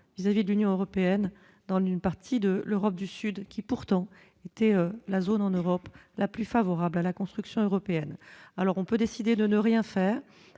vis-à-vis de l'Union européenne dans une partie de l'Europe du Sud, qui pourtant était la zone en Europe la plus favorable à la construction européenne, alors on peut décider de ne rien faire